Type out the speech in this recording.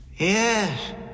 Yes